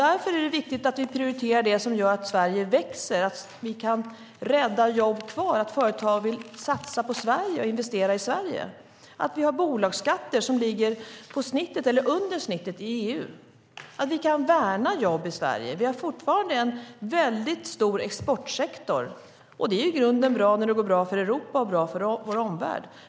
Därför är det viktigt att vi prioriterar det som gör att Sverige växer så att vi kan rädda jobb kvar och företag vill satsa på och investera i Sverige och att vi har bolagsskatter som ligger på eller under snittet i EU så att vi kan värna jobb i Sverige. Vi har fortfarande en väldigt stor exportsektor. Det är i grunden bra när det går bra för Europa och bra för vår omvärld.